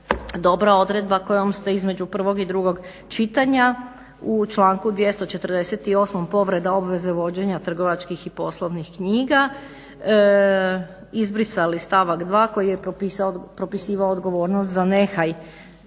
dobra odredba kojom ste između prvog i drugog čitanja u članku 248.povreda obveze vođenja trgovačkih i poslovnih knjiga izbrisali stavak 2.koji je propisivao odgovornost za nehaj